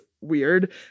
weird